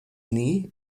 nie